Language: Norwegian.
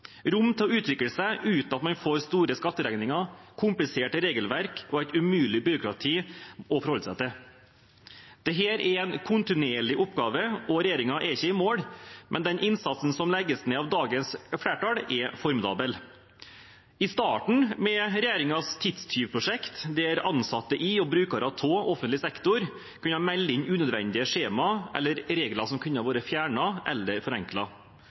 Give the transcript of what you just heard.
utvikle seg uten at man får store skatteregninger, kompliserte regelverk og et umulig byråkrati å forholde seg til. Dette er en kontinuerlig oppgave, og regjeringen er ikke i mål, men den innsatsen som legges ned av dagens flertall, er formidabel – i starten, med regjeringens tidstyvprosjekt, der ansatte i og brukere av offentlig sektor kunne melde inn unødvendige skjema eller regler som kunne vært fjernet eller